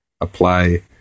apply